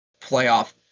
playoff